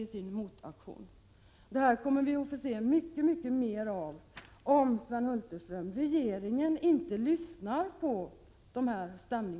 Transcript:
Sådana här aktioner kommer vi att få se mycket mer av, Sven Hulterström, om regeringen inte lyssnar på miljöopinionen.